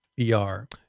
VR